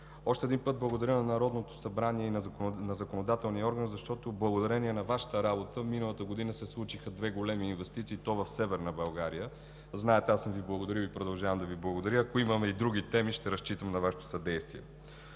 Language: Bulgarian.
Още един път благодаря на Народното събрание, на законодателния орган, защото благодарение на Вашата работа миналата година се случиха две големи инвестиции, и то в Северна България. Знаете, благодарил съм Ви и продължавам да Ви благодаря. Ако имаме и други теми, ще разчитам на Вашето съдействие.